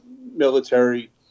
military